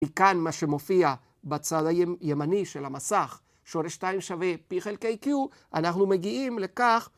וכאן, מה שמופיע בצד הימני של המסך, שורש 2 שווה P חלקי Q, אנחנו מגיעים לכך.